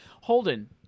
Holden